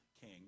king